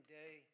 day